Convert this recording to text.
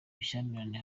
bushyamirane